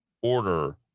order